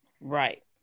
Right